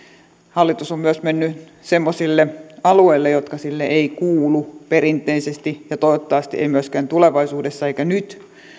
hallitus on myös mennyt semmoisille alueille jotka sille eivät kuulu perinteisesti ja toivottavasti eivät myöskään tulevaisuudessa eivätkä nyt